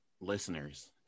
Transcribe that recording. listeners